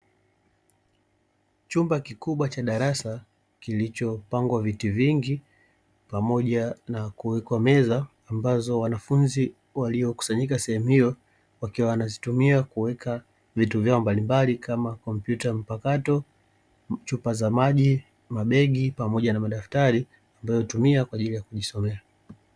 Chumba kikubwa cha darasa kilichopangwa viti vingi pamoja na kuwekwa meza ambazo wanafunzi waliokusanyika sehemu hiyo, wakiwa wanazitumia kuweka vitu vyao mbalimbali kama kompyuta mpakato, chupa za maji, mabegi pamoja na madaftari wanayotumia kwa ajili ya kujisomea.